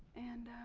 and,